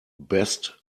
best